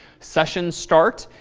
session start.